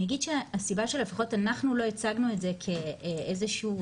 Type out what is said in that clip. אני אגיד שהסיבה שלפחות אנחנו לא הצגנו את זה כאיזה שהיא